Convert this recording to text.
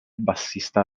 bassista